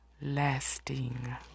lasting